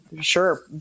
sure